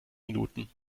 minuten